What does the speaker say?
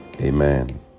amen